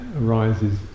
arises